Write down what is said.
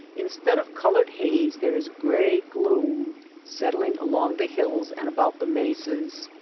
instead of colored haze there is gray gloom settling along the hills and about the mesas.